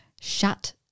Shut